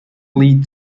lead